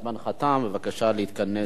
זמנך תם, בבקשה להתכנס.